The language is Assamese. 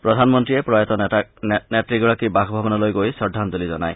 প্ৰধানমন্ত্ৰীয়ে প্ৰয়াত নেত্ৰীগৰাকীৰ বাসভৱনলৈ গৈ শ্ৰদ্ধাঞ্জলি জনায়